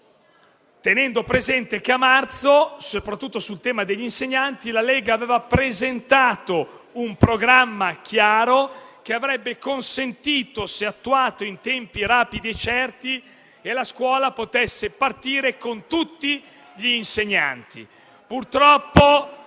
tenendo presente che a marzo, soprattutto sul tema degli insegnanti, la Lega aveva presentato un programma chiaro che avrebbe consentito, se attuato in tempi rapidi e certi, che l'anno scolastico potesse partire con tutti gli insegnanti.